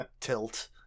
tilt